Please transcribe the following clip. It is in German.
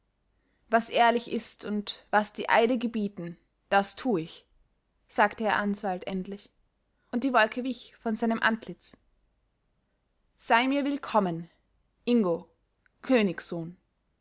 was ehrlich ist und was die eide gebieten das tu ich sagte herr answald endlich und die wolke wich von seinem antlitz sei mir willkommen ingo